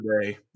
today